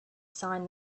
sign